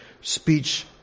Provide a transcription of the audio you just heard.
speech